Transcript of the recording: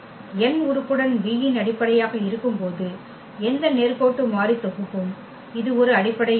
n உறுப்புடன் V இன் அடிப்படையாக இருக்கும்போது எந்த நேர்கோட்டு மாறி தொகுப்பும் இது ஒரு அடிப்படையாகும்